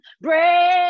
break